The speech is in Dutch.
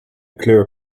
kleur